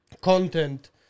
content